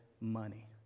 money